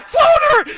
Floater